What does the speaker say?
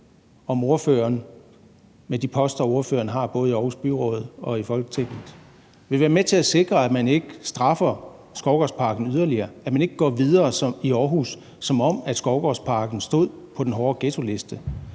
om ordføreren med de poster, ordføreren har, både i Aarhus Byråd og i Folketinget, vil være med til at sikre, at man ikke straffer Skovgårdsparken yderligere, at man ikke går videre i Aarhus, som om Skovgårdsparken stod på den hårde ghettoliste,